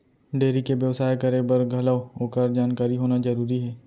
dairy के बेवसाय करे बर घलौ ओकर जानकारी होना जरूरी हे